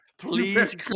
Please